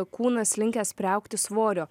kūnas linkęs priaugti svorio